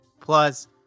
Plus